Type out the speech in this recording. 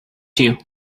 you